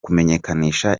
kumenyekanisha